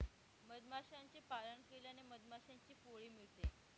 मधमाशांचे पालन केल्याने मधमाशांचे पोळे मिळते